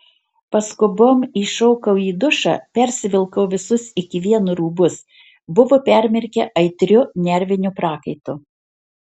paskubom įšokau į dušą persivilkau visus iki vieno rūbus buvo permirkę aitriu nerviniu prakaitu